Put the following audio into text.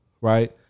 right